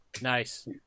Nice